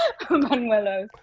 Manuelos